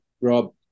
Rob